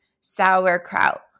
sauerkraut